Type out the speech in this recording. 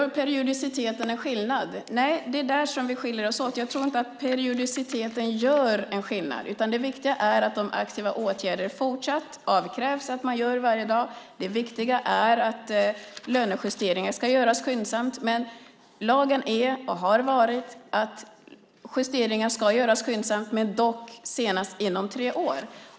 Gör periodiciteten en skillnad? Nej, det är där som vi skiljer oss åt. Jag tror inte att periodiciteten gör en skillnad. Det viktiga är att det fortsatt krävs att de aktiva åtgärderna görs varje dag. Det viktiga är att lönejusteringar ska göras skyndsamt. Men lagen är och har varit att justeringar ska göras skyndsamt, dock senast inom tre år.